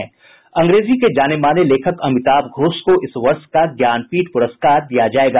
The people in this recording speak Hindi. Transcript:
अंग्रेजी के जाने माने लेखक अमिताभ घोष को इस वर्ष का ज्ञानपीठ पुरस्कार दिया जायेगा